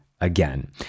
again